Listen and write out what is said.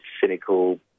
cynical